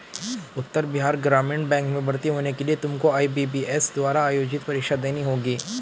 उत्तर Bihar Gramin bank में भर्ती होने के लिए तुमको आई.बी.पी.एस द्वारा आयोजित परीक्षा देनी होगी